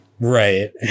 right